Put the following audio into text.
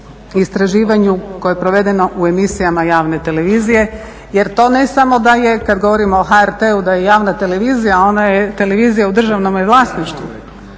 o istraživanju koje je provedeno u emisijama javne televizije jer to ne samo da je, kad govorimo o HRT-u da je javna televizija, ona je televizija u državnome vlasništvu,